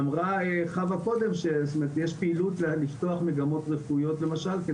אמרה חווה קודם שיש פעילות לפתוח מגמות רפואיות למשל כי